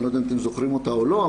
אני לא יודע אם אתם זוכרים אותה או לא,